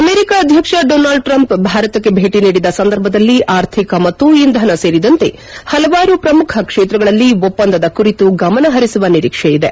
America ಅಧ್ಯಕ್ಷ Donald Trump ಭಾರತಕ್ಕೆ ಭೇಟಿ ನೀಡಿದ ಸಂದರ್ಭದಲ್ಲಿ ಅರ್ಥಿಕ ಮತ್ತು ಇಂಧನ ಸೇರಿದಂತೆ ಪಲವಾರು ಪ್ರಮುಖ ಕ್ಷೇತ್ರಗಳಲ್ಲಿ ಒಪ್ಪಂದದ ಕುರಿತು ಗಮನ ಹರಿಸುವ ನಿರೀಕ್ಷೆಯಿದೆ